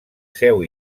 seu